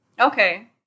Okay